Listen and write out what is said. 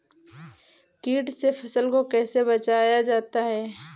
कीट से फसल को कैसे बचाया जाता हैं?